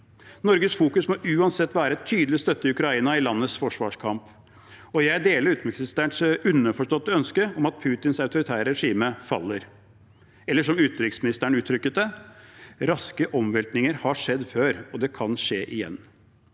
Norges fokus må uansett være en tydelig støtte til Ukraina i landets forsvarskamp, og jeg deler utenriksministerens underforståtte ønske om at Putins autoritære regime faller. Eller som utenriksministeren uttrykte det: «raske omveltninger (…) har skjedd før, og det kan skje igjen».